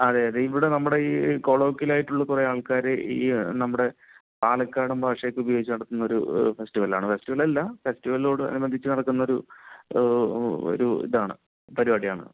അതെയതെ ഇവിടെ നമ്മുടെ ഈ കൊളോക്കിയലായിട്ടുള്ള കുറേ ആൾക്കാർ ഈ നമ്മുടെ പാലക്കാടൻ ഭാഷയൊക്കെ ഉപയോഗിച്ചു നടത്തുന്നൊരു ഫെസ്റ്റിവലാണ് ഫെസ്റ്റിവലല്ല ഫെസ്റ്റിവലിനോട് അനുബന്ധിച്ചു നടത്തുന്നൊരു ഒരു ഇതാണ്